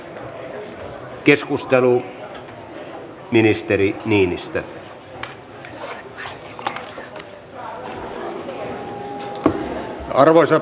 arvoisa puhemies